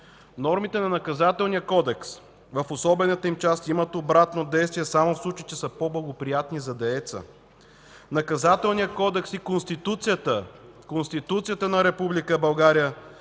Нормите на Наказателния кодекс в особената им част имат обратно действие само в случай, че са по-благоприятни за дееца. Наказателният кодекс и Конституцията –